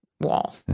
wall